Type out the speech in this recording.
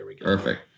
Perfect